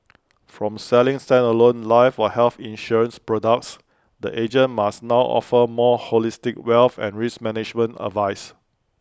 from selling standalone life or health insurance products the agent must now offer more holistic wealth and risk management advice